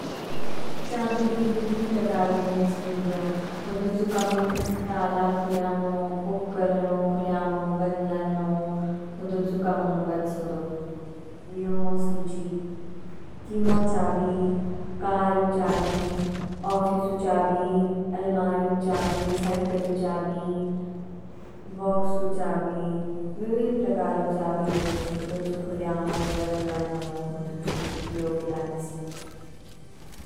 चाबी ली विभिन्न प्रकारू नीच दू गयो। हुदू चू कामंग ताला खूलयामू, उपकरणो खूलयामू, बंद लाणू हूदू चू कामंग बच हूदू। हयो सूची, किमो चाबी, कारू चाबी, ओफीसू चाबी, अलमारीयू चाबी, साइकिलयू चाबी, बोक्सू चाबी। विभिन्न प्रकारू चाबी नीच हूदू चू खूलयामू बंद लाणू हूदू चू उपयोग लांच।